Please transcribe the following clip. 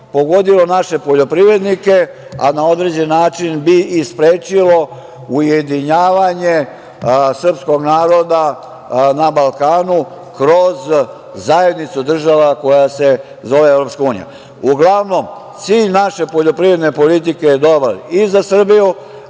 pogodilo naše poljoprivrednike, a na određen način bi sprečilo ujedinjavanje srpskog naroda na Balkanu, kroz zajednicu država koja se zove EU.Uglavnom, cilj naše poljoprivredne politike je dobar i za Srbiju,